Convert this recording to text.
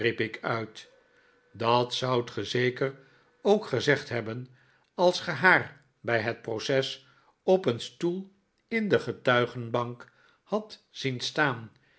uit dat zoudt ge zeker ook gezegd hebben als ge haar bij zijn proces op een stoel in de getuigenbank had zien staan